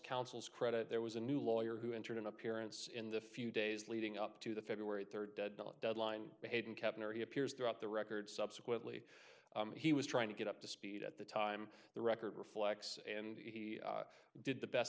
counsel's credit there was a new lawyer who entered an appearance in the few days leading up to the february third deadline hayden kepner he appears throughout the record subsequently he was trying to get up to speed at the time the record reflects and he did the best